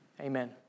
Amen